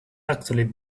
actually